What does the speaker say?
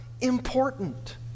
important